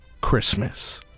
Christmas